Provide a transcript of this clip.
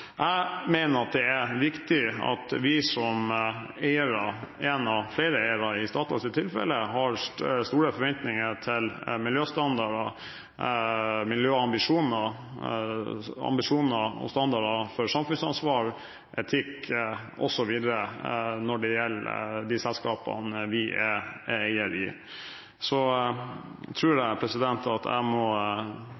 Jeg mener at det er viktig at vi som eiere, en av flere eiere i Statoils tilfelle, har store forventninger til miljøstandarder og miljøambisjoner – ambisjoner og standarder for samfunnsansvar, etikk osv. – når det gjelder de selskapene vi er eiere i. Så